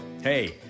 Hey